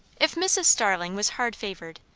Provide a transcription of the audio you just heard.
if mrs. starling was hard-favoured,